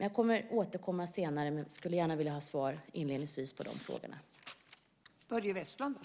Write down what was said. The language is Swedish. Jag återkommer senare, men jag skulle gärna inledningsvis vilja ha svar på dessa frågor.